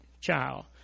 child